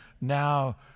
now